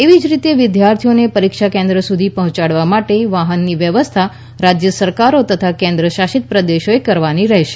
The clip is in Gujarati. એવી જ રીતે વિદ્યાર્થીઓને પરીક્ષા કેન્દ્ર સુધી પહોંચાડવા માટે વાહનની વ્યવસ્થા રાજ્ય સરકારો તથા કેન્દ્ર શાસિત પ્રદેશોએ કરવાની રહેશે